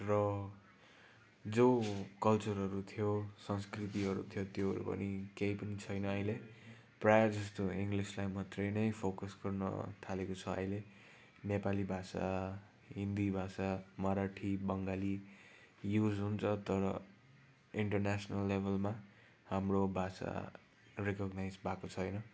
र जो कल्चरहरू थियो संस्कृतिहरू थियो त्योहरू पनि केही पनि छैन अहिले प्रायः जस्तो इङ्लिसलाई मात्रै नै फोकस गर्न थालेको छ अहिले नेपाली भाषा हिन्दी भाषा मराठी बङ्गाली युज हुन्छ तर इन्टरनेसनल लेबलमा हाम्रो भाषा रिकग्नाइज भएको छैन